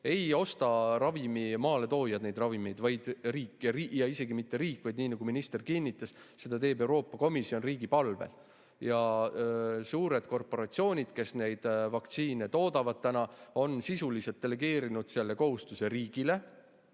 Ei osta ravimi maaletoojad neid ravimeid, vaid riik ja isegi mitte riik, vaid nii, nagu minister kinnitas, seda teeb Euroopa Komisjon riigi palvel. Suured korporatsioonid, kes neid vaktsiine toodavad, on sisuliselt delegeerinud selle kahjudega